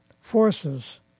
forces